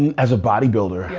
as a bodybuilder